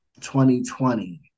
2020